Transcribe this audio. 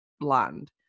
land